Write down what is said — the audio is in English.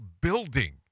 building